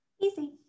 Easy